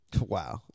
Wow